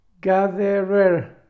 gatherer